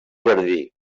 jardí